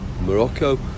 Morocco